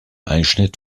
einschnitt